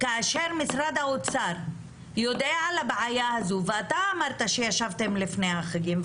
כאשר משרד האוצר יודע על הבעיה הזו ואתה אמרת שישבתם לפני החגים,